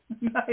Nice